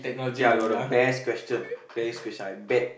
okay I got the best question best question I bet